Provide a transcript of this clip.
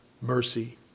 mercy